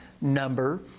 number